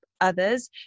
others